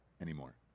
anymore